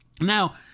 Now